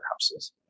houses